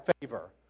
favor